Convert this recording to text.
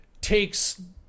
takes